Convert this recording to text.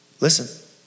listen